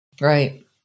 Right